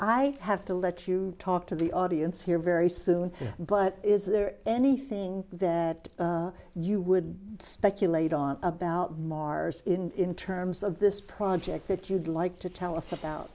i have to let you talk to the audience here very soon but is there anything that you would speculate on about mars in terms of this project that you'd like to tell us about